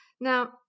Now